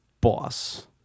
Boss